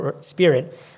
Spirit